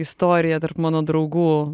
istoriją tarp mano draugų